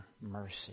mercy